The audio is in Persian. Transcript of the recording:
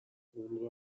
اون